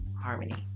harmony